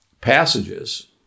passages